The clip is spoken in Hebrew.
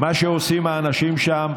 מה שעושים האנשים שם,